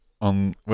on